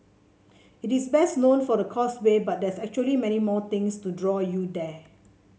it is best known for the causeway but there's actually many more things to draw you there